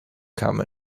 come